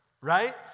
right